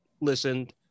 listened